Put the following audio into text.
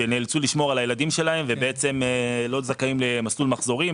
שנאלצו לשמור על הילדים שלהם ובעצם לא זכאים למסלול מחזורים,